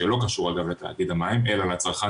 שלא קשור אגב לתאגיד המים אלא לצרכן